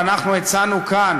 ואנחנו הצענו כאן